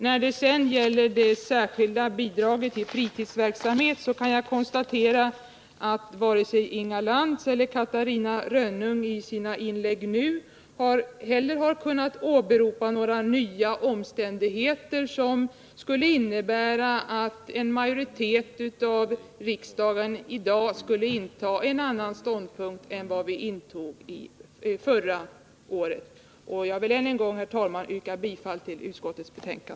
När det sedan gäller det särskilda bidraget till fritidsverksamhet konsta: terar jag att varken Inga Lantz eller Catarina Rönnung i sina inlägg har kunnat åberopa några nya omständigheter som innebär att en majoritet av riksdagen i dag skulle inta en annan ståndpunkt än den vi intog förra året. Jag vill än en gång, herr talman, yrka bifall till utskottets hemställan.